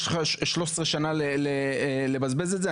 יש לך 13 שנה לבזבז את זה,